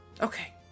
Okay